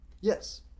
Yes